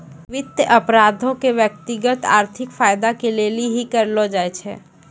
वित्त अपराधो के व्यक्तिगत आर्थिक फायदा के लेली ही करलो जाय छै